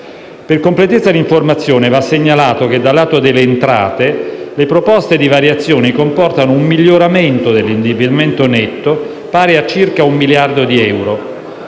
Per completezza d'informazione va segnalato che, dal lato delle entrate, le proposte di variazioni comportano un miglioramento dell'indebitamento netto pari a circa un miliardo di euro,